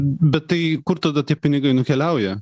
bet tai kur tada tie pinigai nukeliauja